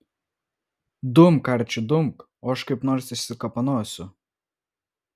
dumk arči dumk o aš kaip nors išsikapanosiu